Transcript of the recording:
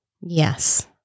Yes